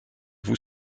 cous